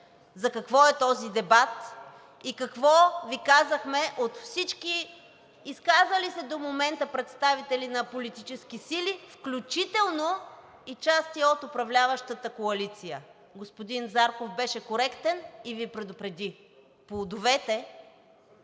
за какво е този дебат и какво Ви казахме от всички изказали се до момента представители на политически сили, включително и части от управляващата коалиция. Господин Зарков беше коректен и Ви предупреди – плодовете